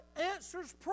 answers